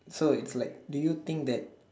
so it's like do you think that